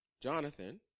Jonathan